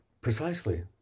Precisely